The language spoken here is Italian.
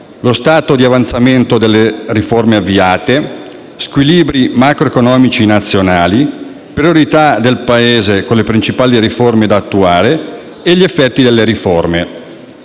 lo stato di avanzamento delle riforme avviate, gli squilibri macroeconomici nazionali, le priorità del Paese con le principali riforme da attuare e gli effetti delle riforme.